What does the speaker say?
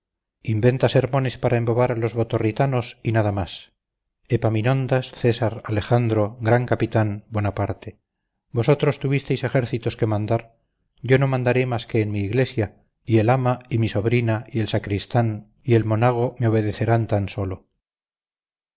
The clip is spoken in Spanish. inventa sermones para embobar a los botorritanos y nada más epaminondas césar alejandro gran capitán bonaparte vosotros tuvisteis ejércitos que mandar yo no mandaré más que en mi iglesia y el ama y mi sobrina y el sacristán y el monago me obedecerán tan sólo